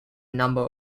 number